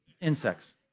insects